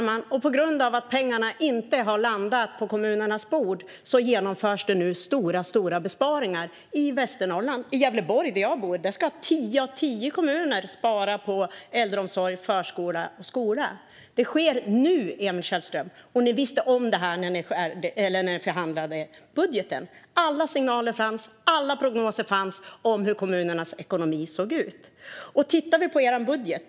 Fru talman! På grund av att pengarna inte har landat på kommunernas konton genomförs det nu stora besparingar i Västernorrland. I Gävleborg, där jag bor, ska tio av tio kommuner spara på äldreomsorg, förskola och skola. Det sker nu, Emil Källström, och ni visste om detta när ni förhandlade om budgeten. Alla signaler och prognoser fanns när det gällde hur kommunernas ekonomi såg ut. Vi kan titta på er budget.